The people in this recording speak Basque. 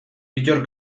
bittor